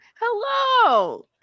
Hello